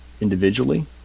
individually